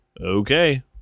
okay